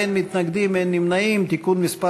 זכויותיהם וחובותיהם (תיקון מס'